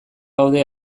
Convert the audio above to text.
gaude